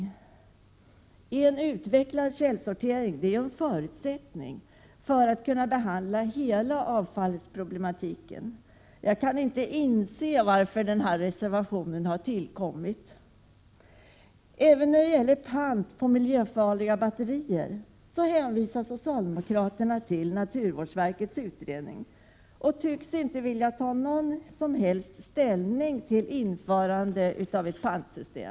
Men en utvecklad källsortering är ju en förutsättning för att man skall kunna ta itu med hela avfallsproblematiken. Jag kan alltså inte inse varför denna reservation har tillkommit. Även när det gäller pant på miljöfarliga batterier hänvisar socialdemokraterna till naturvårdsverkets utredning. Man tycks inte på något som helst sätt vilja ta ställning till införandet av ett pantsystem.